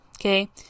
Okay